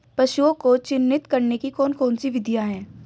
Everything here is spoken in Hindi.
पशुओं को चिन्हित करने की कौन कौन सी विधियां हैं?